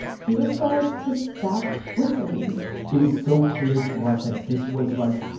he was told to stop whistling it was so clear to us that this was, like,